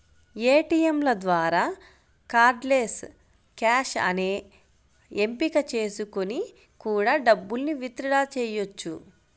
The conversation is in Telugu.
ఏటియంల ద్వారా కార్డ్లెస్ క్యాష్ అనే ఎంపిక చేసుకొని కూడా డబ్బుల్ని విత్ డ్రా చెయ్యొచ్చు